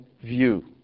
view